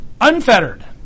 Unfettered